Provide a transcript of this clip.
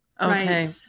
Okay